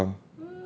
ya lah